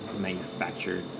manufactured